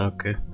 Okay